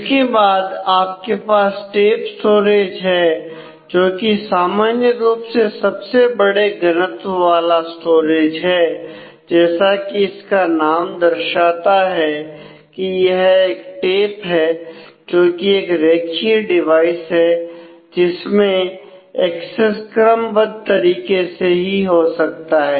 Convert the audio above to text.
इसके बाद आपके पास टेप स्टोरेज है जो कि सामान्य रूप से सबसे बड़े घनत्व वाला स्टोरेज है जैसा कि इसका नाम दर्शाता है कि यह एक टेप है जो की एक रेखीय डिवाइस है जिसमें एक्सेस क्रमबद्ध तरीके से ही हो सकता है